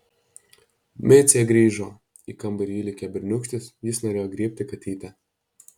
micė grįžo į kambarį įlėkė berniūkštis jis norėjo griebti katytę